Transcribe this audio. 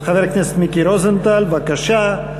חבר הכנסת מיקי רוזנטל, בבקשה.